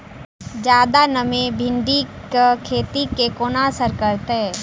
जियादा नमी भिंडीक खेती केँ कोना असर करतै?